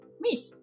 meet